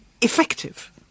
effective